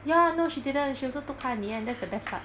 ya no she didn't she also took car in the end that's the best part